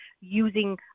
using